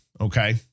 Okay